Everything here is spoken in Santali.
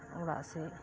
ᱚᱲᱟᱜ ᱥᱮᱡ